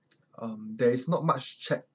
um there is not much check